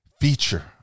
feature